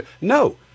No